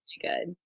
good